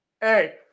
hey